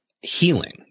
healing